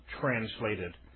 translated